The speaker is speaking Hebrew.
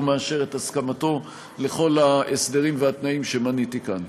והוא מאשר את הסכמתו לכל ההסדרים והתנאים שמניתי כאן.